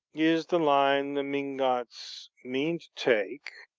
is the line the mingotts mean to take.